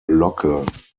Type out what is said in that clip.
locke